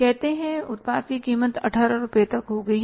कहते हैं उत्पाद की कीमत 18 रुपये तक हो गई है